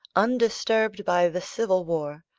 undisturbed by the civil war,